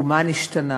ומה נשתנה?